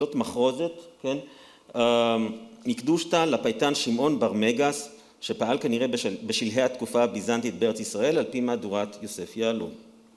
זאת מחרוזת, כן? מקדושתא לפייטן שמעון ברמגס שפעל כנראה בשלהי התקופה הביזנטית בארץ ישראל על פי מהדורת יוסף יהלום.